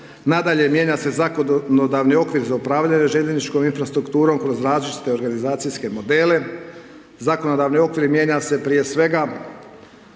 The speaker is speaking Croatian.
Nadalje mijenja se zakonodavni okvir za upravljanje željezničkom infrastrukturom kroz različite organizacijske modele. Zakonodavni okvir mijenja se prije svega,